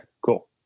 cool